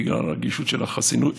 בגלל הרגישות החיסונית,